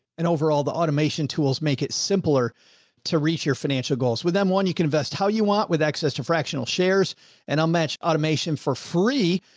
and overall the automation tools make it simpler to reach your financial goals. with m one you can invest how you want with access to fractional shares and i'll match automation for free,